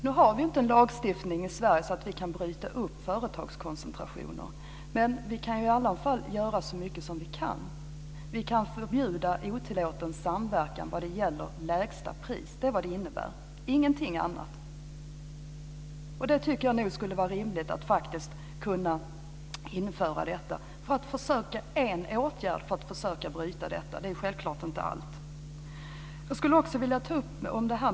Vi har ingen lagstiftning i Sverige som gör att vi kan bryta upp företagskoncentrationer, men vi kan i alla fall göra så mycket som vi kan. Vi kan förbjuda otillåten samverkan vad det gäller lägsta pris. Det är vad det innebär - ingenting annat. Jag tycker att det skulle vara rimligt att införa ett sådant förbud. Det är en åtgärd för att försöka bryta företagskoncentrationerna. Det är självklart inte allt. Jag skulle också vilja ta upp taxi.